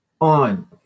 on